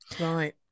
right